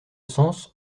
sens